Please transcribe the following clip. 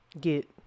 get